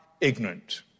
ignorant